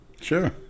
Sure